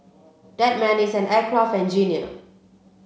that man is an aircraft engineer